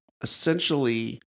essentially